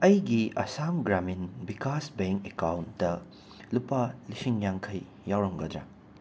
ꯑꯩꯒꯤ Assam Gramin Vikash Bank account ꯂꯨꯄꯥ ꯂꯤꯁꯤꯡ ꯌꯥꯡꯈꯩ ꯌꯥꯎꯔꯝꯒꯗ꯭ꯔꯥ